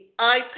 iPad